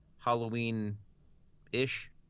Halloween-ish